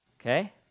Okay